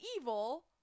evil